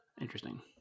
Interesting